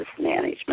management